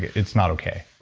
it's not okay.